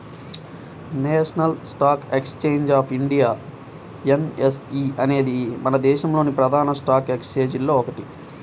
national stock exchange of India NSE అనేది మన దేశంలోని ప్రధాన స్టాక్ ఎక్స్చేంజిల్లో ఒకటి